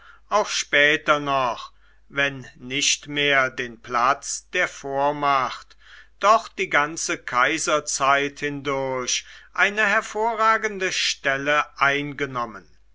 auch später noch wenn nicht mehr den platz der vormacht doch die ganze kaiserzeit hindurch eine hervorragende stelle eingenommen